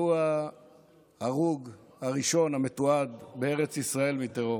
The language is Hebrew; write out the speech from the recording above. והוא ההרוג הראשון המתועד בארץ ישראל מטרור.